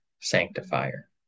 sanctifier